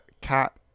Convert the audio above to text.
Cat